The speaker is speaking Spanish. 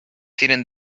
tienen